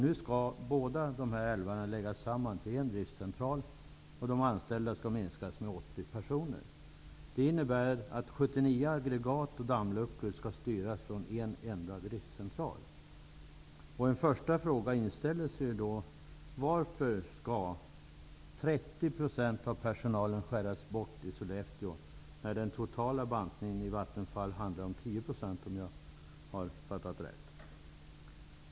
Nu skall båda dessa älvar läggas samman till en driftcentral, och antalet anställda skall minskas med 80. Detta innebär att 79 aggregat och dammluckor skall styras från en enda driftcentral. En första fråga inställer sig: Varför skall 30 % av personalen skäras bort i Sollefteå när den totala bantningen i Vattenfall, såvitt jag har förstått, handlar om 10 %?